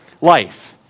life